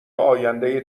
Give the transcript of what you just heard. آینده